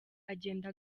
agenda